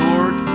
Lord